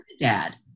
dad